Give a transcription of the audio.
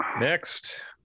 Next